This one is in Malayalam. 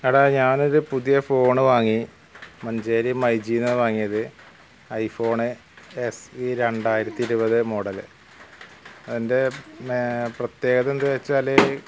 എടാ ഞാനൊരു പുതിയ ഫോണ് വാങ്ങി മഞ്ചേരി മൈ ജി ന്നാ വാങ്ങിയത് ഐ ഫോണ് എസ് ബി രണ്ടായിരത്തി ഇരുവത് മോഡല് അതിന്റെ പ്രത്യേകത എന്താ വെച്ചാല്